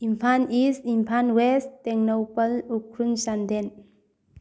Imphal East Imphal West Tengnoupal Ukhrul Chandel